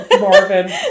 Marvin